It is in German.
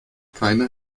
keine